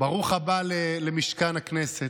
ברוך הבא למשכן הכנסת.